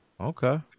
Okay